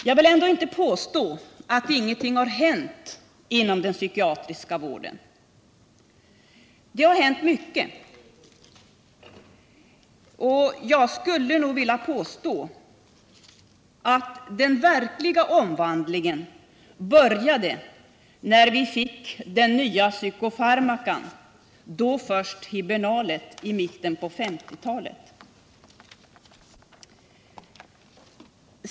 Jag vill ändå inte påstå att ingenting har hänt inom den psykiatriska vården. Det har hänt mycket. Jag skulle vilja påstå att den verkliga omvandlingen började när vi fick den nya psykofarmacan, då först hibernalet i mitten på 1950-talet.